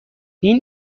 این